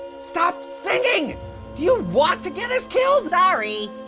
stop singing! do you want to get us killed? sorry.